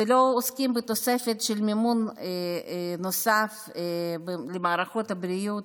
ולא עוסקים בתוספת של מימון נוסף למערכות הבריאות,